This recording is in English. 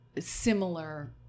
similar